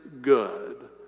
good